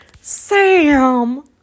sam